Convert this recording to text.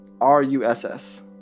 R-U-S-S